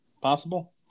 possible